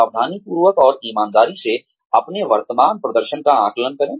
सावधानीपूर्वक और ईमानदारी से अपने वर्तमान प्रदर्शन का आकलन करें